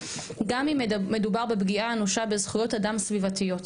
גם אם מדובר בפגיעה אנושה בזכויות אדם סביבתיות.